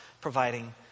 providing